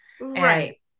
right